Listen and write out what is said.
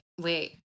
Wait